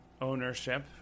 ownership